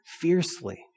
fiercely